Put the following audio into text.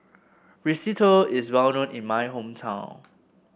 risotto is well known in my hometown